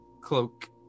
cloak